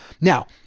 Now